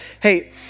Hey